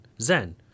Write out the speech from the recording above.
Zen